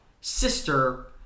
sister